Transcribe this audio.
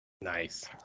Nice